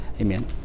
Amen